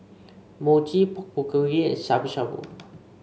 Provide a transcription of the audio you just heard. Mochi Pork Bulgogi and Shabu Shabu